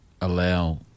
allow